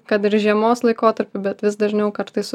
kad ir žiemos laikotarpiu bet vis dažniau kartais